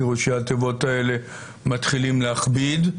כי ראשי התיבות האלה מתחילים להכביד,